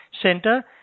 center